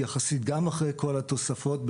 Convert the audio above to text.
גם אחרי כל התוספות,